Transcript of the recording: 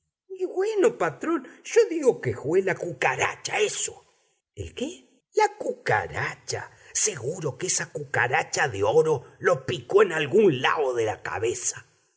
güeno patrón yo digo que jué la cucaracha eso el qué la cucaracha seguro que esa cucaracha de oro lo picó en algún lao de la cabeza